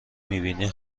میبینی